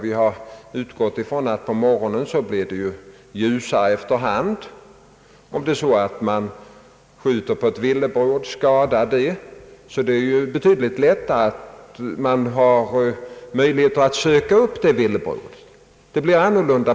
Vi har utgått från att det om morgnarna blir ljusare efter hand och att det då är betydligt lättare att söka upp ett skadskjutet villebråd.